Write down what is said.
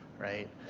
right?